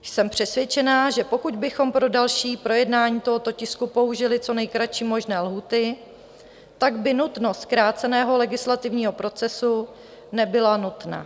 Jsem přesvědčená, že pokud bychom pro další projednání tohoto tisku použili co nejkratší možné lhůty, pak by nutnost zkráceného legislativního procesu nebyla nutná.